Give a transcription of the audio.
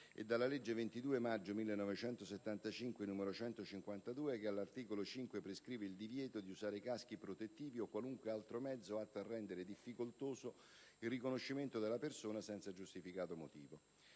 e dalla legge 22 maggio 1975, n. 152, che, all'articolo 5, prescrive il divieto di usare caschi protettivi o qualunque altro mezzo atto a rendere difficoltoso il riconoscimento della persona senza giustificato motivo.